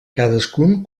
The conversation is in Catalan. cadascun